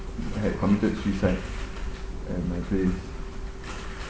that had committed suicide at my place